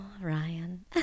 Ryan